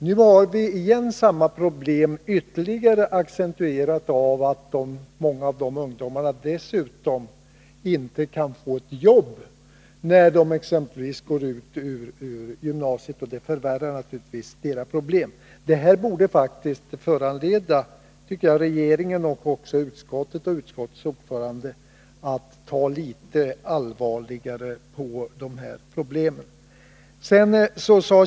Nu upplever vi samma problem igen, ytterligare accentuerat av att många av dessa ungdomar dessutom inte kan få något jobb när de exempelvis gått ut ur gymnasiet, vilket naturligtvis förvärrar deras problem. Detta tycker jag faktiskt borde föranleda regeringen, utskottet och utskottets ordförande att ta litet allvarligare på dessa problem.